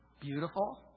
Beautiful